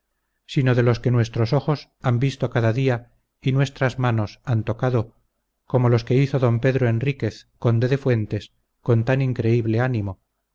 sino de los que nuestros ojos han visto cada día y nuestras manos han tocado como los que hizo don pedro enríquez conde de fuentes con tan increíble ánimo